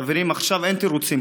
חברים, עכשיו אין תירוצים.